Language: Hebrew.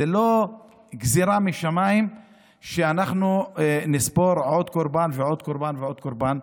זו לא גזרה משמיים שאנחנו נספור עוד קורבן ועוד קורבן ועוד קורבן.